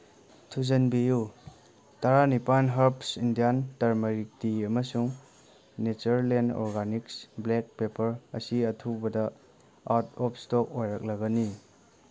ꯊꯨꯖꯤꯟꯕꯤꯌꯨ ꯇꯔꯥꯅꯤꯄꯥꯟ herbs Indian turmeric tea ꯑꯃꯁꯨꯡ ꯅꯦꯆꯔꯂꯦꯟ ꯑꯣꯔꯒꯥꯅꯤꯛꯁ ꯕ꯭ꯂꯦꯛ ꯄꯦꯄꯔ ꯑꯁꯤ ꯑꯊꯨꯕꯗ ꯑꯥꯎꯠ ꯑꯣꯐ ꯏꯁꯇꯣꯛ ꯑꯣꯏꯔꯛꯂꯒꯅꯤ